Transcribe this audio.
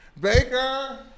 Baker